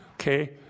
Okay